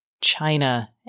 China